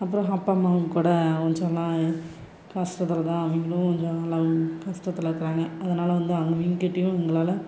அப்புறம் அப்பா அம்மாவும் கூட கஷ்டத்துல தான் அவங்களும் கொஞ்சம் எல்லாம் கஷ்டத்துல இருக்கிறாங்க அதனால் வந்து அவங்கக் கிட்டேயும் எங்களால்